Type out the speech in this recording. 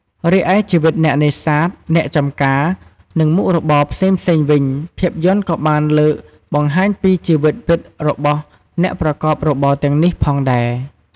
រីឯជីវិតអ្នកនេសាទ អ្នកចម្ការ និងមុខរបរផ្សេងៗវិញភាពយន្តក៏បានលើកបង្ហាញពីជីវិតពិតរបស់អ្នកប្រកបរបរទាំងនេះផងដែរ ។